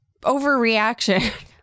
overreaction